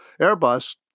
Airbus